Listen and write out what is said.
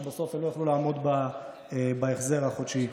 שבסוף לא יוכלו לעמוד בהחזר החודשי.